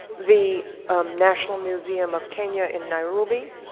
the national museum of kenya in nairobi,